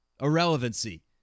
Irrelevancy